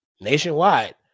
nationwide